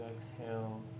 Exhale